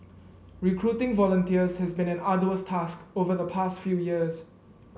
recruiting volunteers has been an arduous task over the past few years